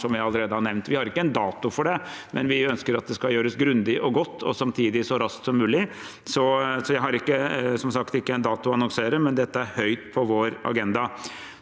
Vi har ikke en dato for det, men vi ønsker at det skal gjøres grundig og godt, og samtidig så raskt som mulig. Så jeg har, som sagt, ikke en dato å annonsere, men dette er høyt på vår agenda.